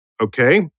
okay